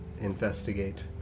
investigate